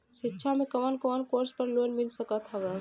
शिक्षा मे कवन कवन कोर्स पर लोन मिल सकत हउवे?